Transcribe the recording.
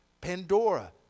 Pandora